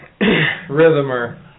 Rhythmer